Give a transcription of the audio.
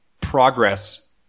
progress